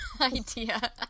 idea